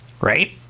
Right